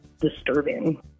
disturbing